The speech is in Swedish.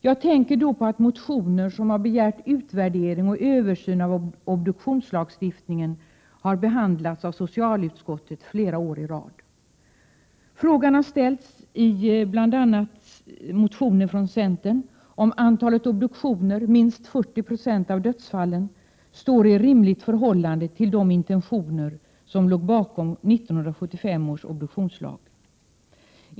Jag tänker då på att motioner, där det har begärts utvärdering och översyn av obduktionslagstiftningen, har behandlats av socialutskottet flera år i rad. Bl.a. i motioner från centern har frågan rests om antalet obduktioner, minst 40 90 av dödsfallen, står i rimligt förhållande till de intentioner som låg bakom 1975 års obduktionslag.